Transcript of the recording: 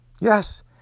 Yes